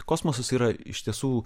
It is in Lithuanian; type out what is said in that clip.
kosmosas yra iš tiesų